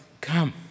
come